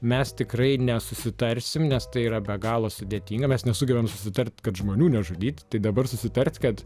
mes tikrai nesusitarsim nes tai yra be galo sudėtinga mes nesugebam susitart kad žmonių nežudyt tai dabar susitart kad